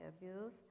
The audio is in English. abuse